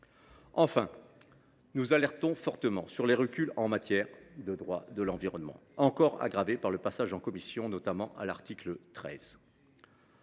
Enfin, nous souhaitons dénoncer les reculs en matière de droit de l’environnement, encore aggravés par le passage du texte en commission, notamment à l’article 13.